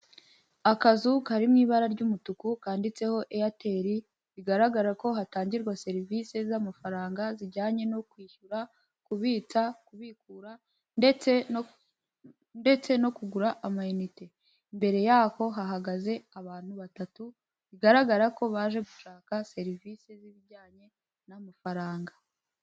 Akazu kari mu ibara ry'umutuku kanditseho Eyateri, bigaragara ko hatangirwa serivisi z'amafaranga zijyanye no kwishyura, kubitsa, kubikura ndetse, ndetse no kugura amayinite. Imbere y’ako hahagaze abantu batatu bigaragara ko baje gushaka serivisi z'ibijyanye n'amafaranga.